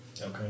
Okay